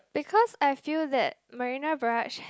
because I feel that Marina Barrage